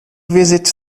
visit